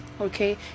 okay